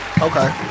Okay